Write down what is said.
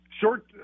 short